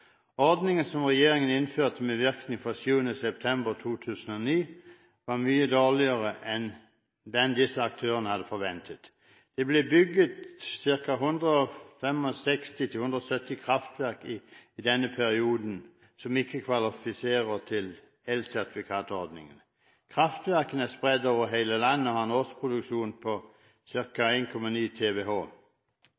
Ordningen som regjeringen innførte med virkning fra 7. september 2009, var mye dårligere enn den disse aktørene hadde forventet. Det ble bygget ca. 165–170 kraftverk i denne perioden som ikke kvalifiserer til elsertifikatordningen. Kraftverkene er spredd over hele landet, og de har en årsproduksjon på